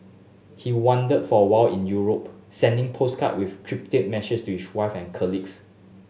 he wandered for a while in Europe sending postcard with cryptic message to his wife and colleagues